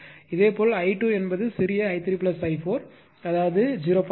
இதேபோல் I2 ஆனது சிறிய i3i4 அதாவது 0